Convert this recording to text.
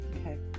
Okay